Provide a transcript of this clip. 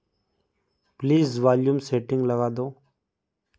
please volume setting लगा दो